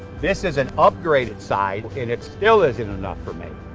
this is an upgraded side and it still isn't enough for me.